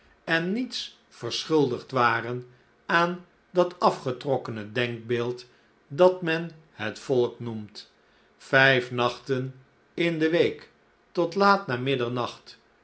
en niets verschuldigd waren aan dat afgetrokkene denkbeeld dat men het volk noemt vijf nachten in de week tot laat na middernacht